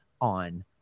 on